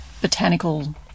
botanical